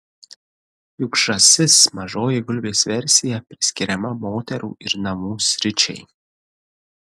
juk žąsis mažoji gulbės versija priskiriama moterų ir namų sričiai